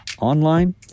online